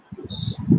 Yes